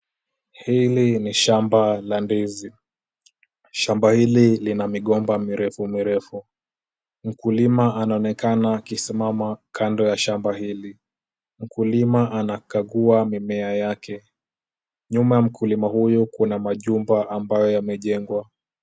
Hili ni shamba la ndizi. Shamba hili lina migomba mirefu mirefu. Mkulima anaonekana akisimama kando ya shamba hili. Mkulima anakagua mimea yake. Nyuma ya mkulima huyu kuna majumba ambayo yamejengwa.